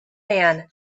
man